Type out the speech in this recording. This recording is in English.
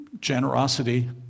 generosity